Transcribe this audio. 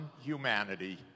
humanity